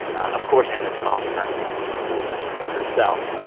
of course, in this call, she's not speaking for the school. she's speaking for herself.